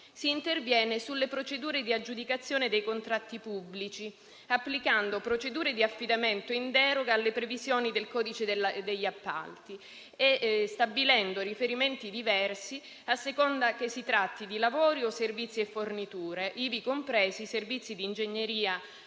si interviene sulle procedure di aggiudicazione dei contratti pubblici, applicando procedure di affidamento in deroga alle previsioni del codice degli appalti e stabilendo riferimenti diversi a seconda che si tratti di lavori o di servizi e forniture, ivi compresi i servizi di ingegneria